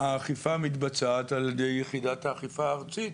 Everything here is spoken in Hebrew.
האכיפה מתבצעת על ידי יחידת האכיפה הארצית,